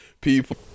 people